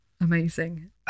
Amazing